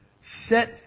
set